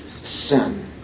sin